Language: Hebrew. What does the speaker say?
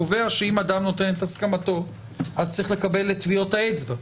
קובע שאם אדם נותן את הסכמתו אז צריך לקבל את טביעות האצבע,